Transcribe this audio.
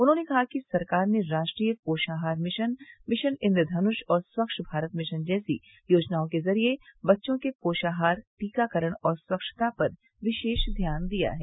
उन्होंने कहा कि सरकार ने राष्ट्रीय पोषाहार मिशन मिशन इन्द्र धनुष और स्वच्छ भारत मिशन जैसी योजनाओं के जरिये बच्चों के पोषाहार टीकाकरण और स्वच्छता पर विशेष ध्यान दिया है